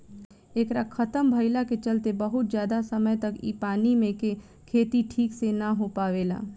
एकरा खतम भईला के चलते बहुत ज्यादा समय तक इ पानी मे के खेती ठीक से ना हो पावेला